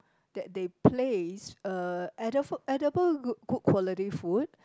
that they place uh edi~ edible good good quality food